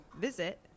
visit